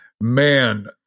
man